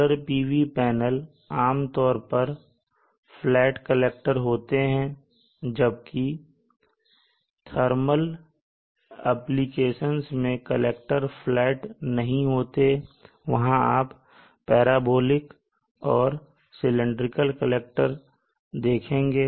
solar PV panel आमतौर पर flat collector होते हैं जबकि थर्मल एप्लीकेशंस में कलेक्टर फ्लैट नहीं होते वहां आप पैराबोलिक और सिलैंडरिकल कलेक्टर देखेंगे